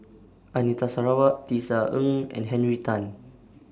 Anita Sarawak Tisa Ng and Henry Tan